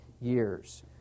years